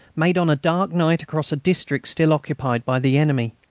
made on a dark night across a district still occupied by the enemy.